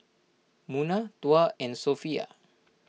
Munah Tuah and Sofea